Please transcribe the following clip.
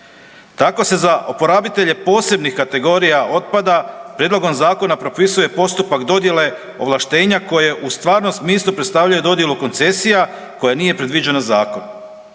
Tako se za oporabitelje posebnih kategorija otpada prijedlogom zakona propisuje postupak dodjele ovlaštenja koje u stvarnom smislu predstavlja dodjelu koncesija koja nije predviđena zakonom.